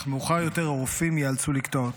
אך מאוחר יותר הרופאים ייאלצו לקטוע אותה.